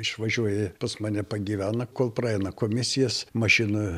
išvažiuoja pas mane pagyvena kol praeina komisijas mašina